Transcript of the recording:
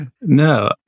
No